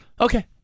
Okay